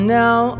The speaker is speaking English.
now